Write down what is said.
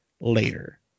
later